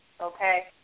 okay